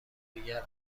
دیگر